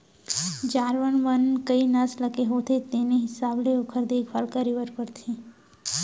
जानवर मन कई नसल के होथे तेने हिसाब ले ओकर देखभाल करे बर परथे